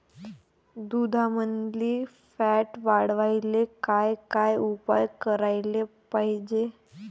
दुधामंदील फॅट वाढवायले काय काय उपाय करायले पाहिजे?